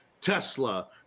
Tesla